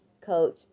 Coach